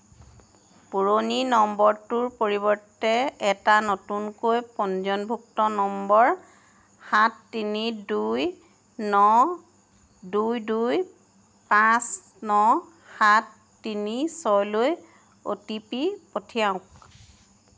পুৰণি নম্বৰটোৰ পৰিৱৰ্তে এটা নতুনকৈ পঞ্জীয়নভুক্ত নম্বৰ সাত তিনি দুই ন দুই দুই পাঁচ ন সাত তিনি ছয়লৈ অ' টি পি পঠিয়াওক